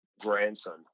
grandson